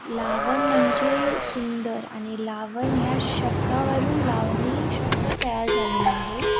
लावण म्हणजे सुंदर आणि लावण ह्या शब्दावरून लावणी शब्द तयार झालेला आहे